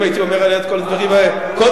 אם הייתי אומר עליה את כל הדברים האלה קודם,